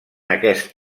aquest